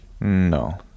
no